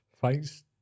Thanks